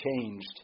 changed